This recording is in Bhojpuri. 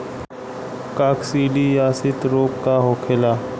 काकसिडियासित रोग का होखेला?